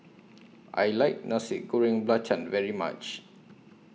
I like Nasi Goreng Belacan very much